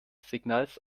signals